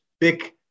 big